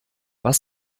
was